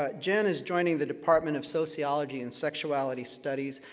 ah jen is joining the department of sociology and sexuality studies,